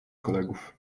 kolegów